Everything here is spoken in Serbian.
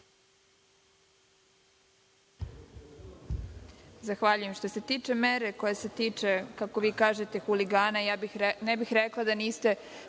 Zahvaljujem. Što se tiče mere koja se tiče, kako vi kažete, huligana, ne bih rekla da ste